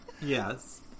yes